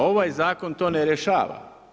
Ovaj zakon to ne rješava.